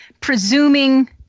presuming